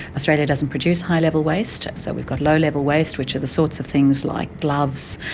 australia doesn't produce high level waste, so we've got low level waste, which are the sorts of things like gloves,